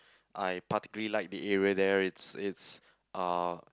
I particularly like the area there it's it's uh